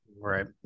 Right